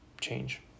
change